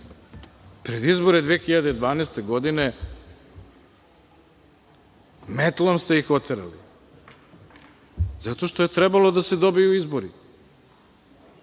pred izbore 2012. godine, metlom ste ih oterali, zato što je trebalo da se dobiju izbori.